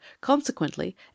Consequently